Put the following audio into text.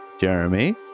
Jeremy